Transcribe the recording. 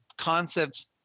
concepts